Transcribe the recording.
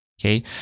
okay